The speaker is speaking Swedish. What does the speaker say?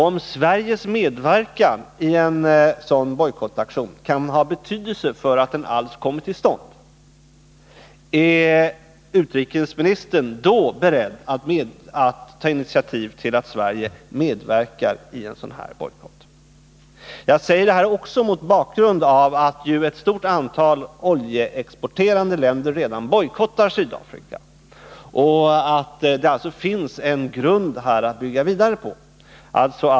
Om Sveriges medverkan i en sådan bojkottaktion kan ha betydelse för att bojkotten alls kommer till stånd, är utrikesministern då beredd att ta initiativ till svensk medverkan i en sådan aktion? Jag säger detta även mot bakgrund av att ett stort antal oljeexporterande länder redan bojkottar Sydafrika. Det finns alltså en grund att här bygga vidare på.